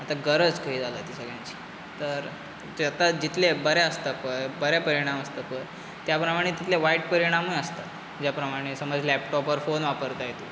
आतां गरज कही जाल्या ती सगळ्यांची तर जातां जितलें बरें आसता पय बऱ्या परिणाम आसता पय त्या प्रमाणे तितले वायट परिणामूय आसतात त्या प्रमाणे समज लॅपटॉपार फोन वापरताय तूं